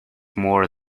more